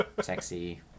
sexy